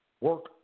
work